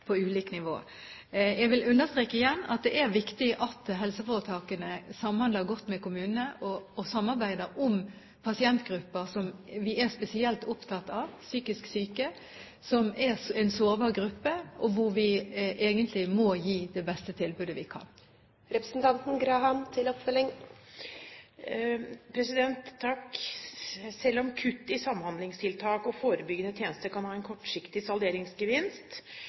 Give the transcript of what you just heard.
på ulike nivåer. Jeg vil understreke igjen at det er viktig at helseforetakene samhandler godt med kommunene og samarbeider om pasientgrupper som vi er spesielt opptatt av, psykisk syke, som er en sårbar gruppe, og som vi egentlig må gi det beste tilbudet vi kan. Selv om kutt i samhandlingstiltak og forebyggende tjenester kan ha en kortsiktig salderingsgevinst,